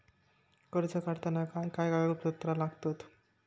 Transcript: कर्ज काढताना काय काय कागदपत्रा लागतत?